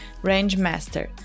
Rangemaster